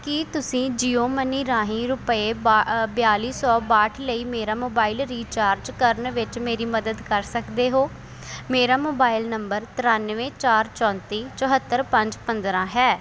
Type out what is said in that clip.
ਕੀ ਤੁਸੀਂ ਜੀਓ ਮਨੀ ਰਾਹੀਂ ਰੁਪਏ ਬ ਬਿਆਲੀ ਸੌ ਬਾਹਠ ਲਈ ਮੇਰਾ ਮੋਬਾਈਲ ਰੀਚਾਰਜ ਕਰਨ ਵਿੱਚ ਮੇਰੀ ਮਦਦ ਕਰ ਸਕਦੇ ਹੋ ਮੇਰਾ ਮੋਬਾਈਲ ਨੰਬਰ ਤ੍ਰਿਆਨਵੇਂ ਚਾਰ ਚੌਂਤੀ ਚੌਹੱਤਰ ਪੰਜ ਪੰਦਰ੍ਹਾਂ ਹੈ